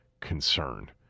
concern